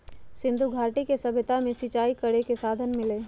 सिंधुघाटी के सभ्यता में सिंचाई करे के साधन मिललई ह